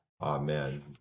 Amen